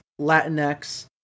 Latinx